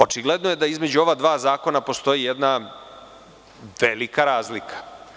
Očigledno je da između ova dva zakona postoji jedna velika razlika.